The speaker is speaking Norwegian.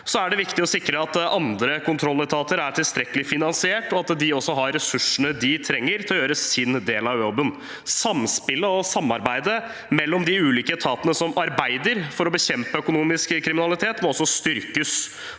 Det er viktig å sikre at andre kontrolletater er tilstrekkelig finansiert, at de også har ressursene de trenger til å gjøre sin del av jobben. Samspillet og samarbeidet mellom de ulike etatene som arbeider for å bekjempe økonomisk kriminalitet, må også styrkes,